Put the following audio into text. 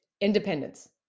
independence